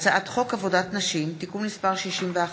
הצעת חוק עבודת נשים (תיקון מס' 61)